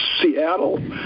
Seattle